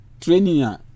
training